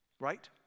Right